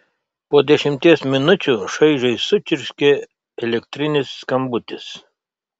po dešimties minučių šaižiai sučirškė elektrinis skambutis